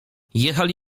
jechali